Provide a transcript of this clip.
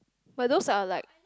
but those are like